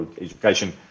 education